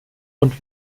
und